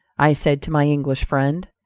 i said to my english friend,